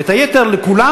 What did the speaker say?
ואת היתר לכולם,